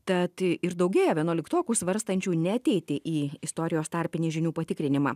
tad ir daugėja vienuoliktokų svarstančių neateiti į istorijos tarpinį žinių patikrinimą